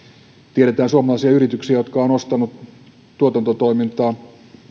tiedetään suomalaisia yrityksiä jotka ovat ostaneet tuotantotoimintaa